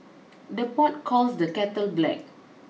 the pot calls the kettle black